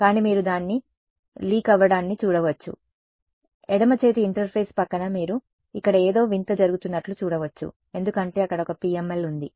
కానీ మీరు దాని లీక్ అవ్వడాన్ని చూడవచ్చు ఎడమ చేతి ఇంటర్ఫేస్ పక్కన మీరు ఇక్కడ ఏదో వింత జరుగుతున్నట్లు చూడవచ్చు ఎందుకంటే అక్కడ ఒక PML ఉంది